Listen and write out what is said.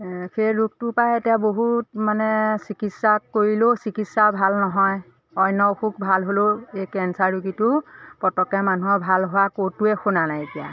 সেই ৰোগটোৰপৰাই এতিয়া বহুত মানে চিকিৎসা কৰিলেও চিকিৎসা ভাল নহয় অন্য অসুখ ভাল হ'লেও এই কেঞ্চাৰ ৰোগটো পতককৈ মানুহৰ ভাল হোৱা ক'তোৱে শুনা নাইকিয়া